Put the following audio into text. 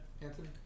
Anthony